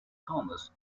thomas